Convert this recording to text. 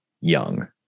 young